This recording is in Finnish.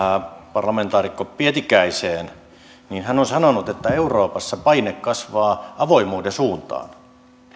parlamentaarikko pietikäiseen niin hän on sanonut että euroopassa paine kasvaa avoimuuden suuntaan